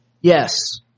Yes